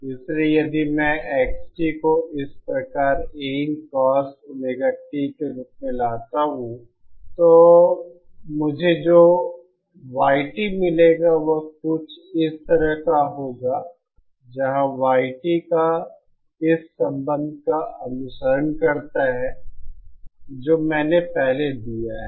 इसलिए यदि मैं x को इस प्रकार AinCos⍵t में के रूप में लाता हूं तो मुझे जो y मिलेगा वह कुछ इस तरह का होगा जहाँ y इस संबंध का अनुसरण करता है जो मैंने पहले दिया है